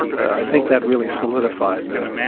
i think that really solidified the